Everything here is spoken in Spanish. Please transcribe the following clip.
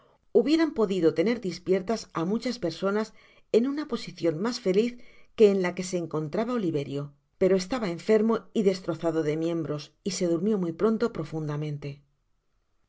hubieran podido tener dispiertas á muchas personas en una posicion mas feliz que la que en que se encontraba oliverio pero estaba enfermo y destrozado de miembros y se durmió muy pronto profundamente